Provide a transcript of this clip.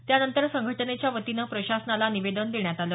त्यानंतर संघटनेच्या वतीनं प्रशासनाला निवेदन देण्यात आलं